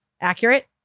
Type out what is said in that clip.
accurate